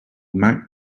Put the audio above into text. mac